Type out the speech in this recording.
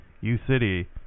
U-City